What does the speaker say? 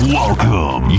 welcome